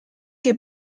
que